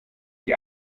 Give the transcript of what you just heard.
die